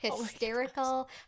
hysterical